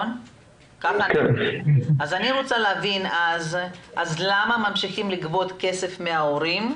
אני רוצה להבין, למה ממשיכים לגבות כסף מההורים?